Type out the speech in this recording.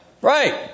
Right